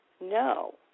no